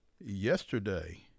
yesterday